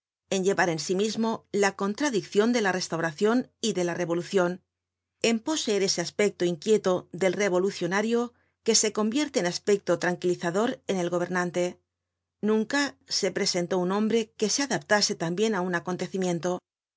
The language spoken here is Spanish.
en llevar en sí mismo la contradiccion de la restauracion y de la revolucion en poseer ese aspecto inquieto del revolucionario que se convierte en aspecto tranquilizador en el gobernante nunca se presentó un hombre que se adaptase tan bien á un acontecimiento